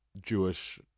Jewish